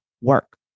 work